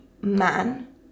man